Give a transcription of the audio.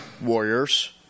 warriors